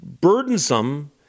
burdensome